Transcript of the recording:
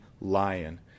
lion